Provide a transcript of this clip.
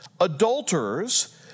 adulterers